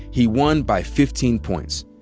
he won by fifteen points.